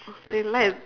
they like